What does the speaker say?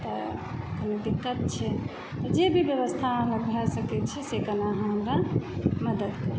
तऽ कनी दिक्कत छै जे भी व्यवस्था अहाँ भै सकैत छै से कनी अहाँ हमरा मदद करू